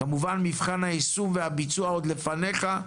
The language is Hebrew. כמובן מבחן היישום והביצוע עוד לפניך,